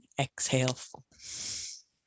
Exhale